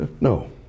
No